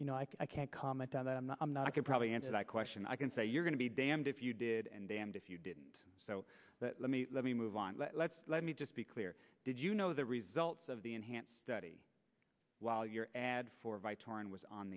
you know i can't comment on that i'm not could probably answer that question i can say you're going to be damned if you did and damned if you didn't so let me let me move on but let's let me just be clear did you know the results of the enhanced study while your ad for vytorin was on